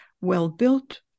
well-built